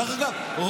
דרך אגב,